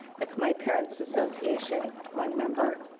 the khmer parents' association, one member.